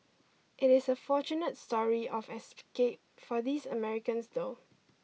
it is a fortunate story of escape for these Americans though